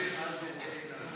אם כן, לחלופין א'